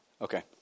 Okay